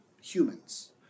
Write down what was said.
humans